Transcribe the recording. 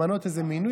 למנות איזה מינוי?